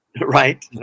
Right